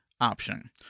option